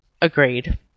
Agreed